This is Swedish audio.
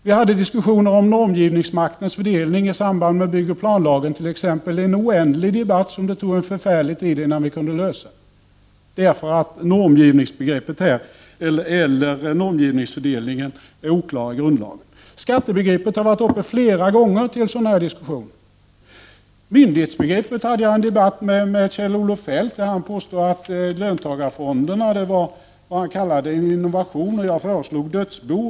Vi förde diskussioner om normgivningsmaktens fördelning i samband med behandlingen av planoch bygglagen. Det var en oändlig debatt. Det tog en förfärlig tid innan vi kunde lösa den frågan, därför att normgivningsfördelningen är oklar i grundlagen. Skattebegreppet har också varit uppe till diskussion flera gånger. Jag debatterade myndighetsbegreppet med Kjell-Olof Feldt. Han påstod att löntagarfonder var en innovation. Jag föreslog dödsbo.